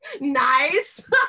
Nice